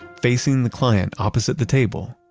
facing the client opposite the table,